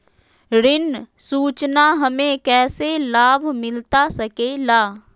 ऋण सूचना हमें कैसे लाभ मिलता सके ला?